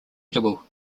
edible